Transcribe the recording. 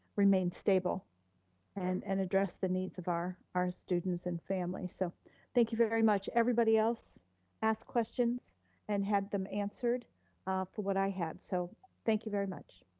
remain stable and and address the needs of our our students and families. so thank you very very much. everybody else asked questions and had them answered for what i had, so thank you very much.